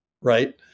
right